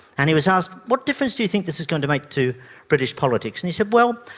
and he was asked, what difference do you think this is going to make to british politics? and he said, well,